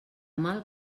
mal